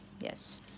Yes